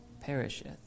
perisheth